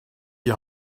die